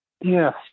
Yes